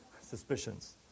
suspicions